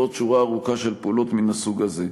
ועוד שורה ארוכה של פעולות מן הסוג הזה.